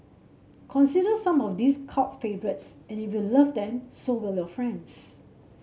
consider some of these cult favourites and if you love them so will your friends